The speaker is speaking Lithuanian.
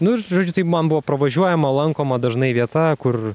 nu ir žodžiu tai man buvo pravažiuojama lankoma dažnai vieta kur